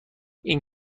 این